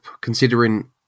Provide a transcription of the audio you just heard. considering